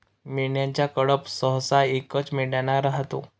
मेंढ्यांचा कळप सहसा एकाच मेंढ्याने राहतो